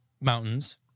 mountains